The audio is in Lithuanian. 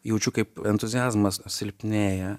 jaučiu kaip entuziazmas silpnėja